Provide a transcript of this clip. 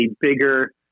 bigger